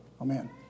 Amen